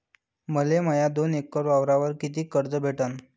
मले माया दोन एकर वावरावर कितीक कर्ज भेटन?